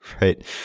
right